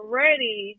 ready